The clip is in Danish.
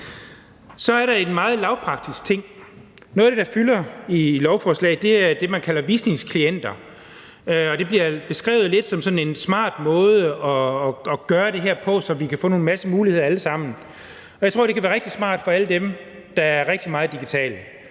Så er der en meget lavpraktisk ting. Noget af det, der fylder i lovforslaget, er det, man kalder visningsklienter, og det bliver beskrevet lidt som sådan en smart måde at gøre det her på, så vi alle sammen kan få en masse muligheder. Og jeg tror, det kan være rigtig smart for alle dem, der er rigtig meget digitale,